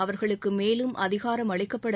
அவர்களுக்கு மேலும் அதிகாரம் அளிக்கப்பட